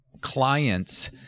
clients